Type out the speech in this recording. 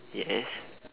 yes